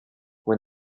when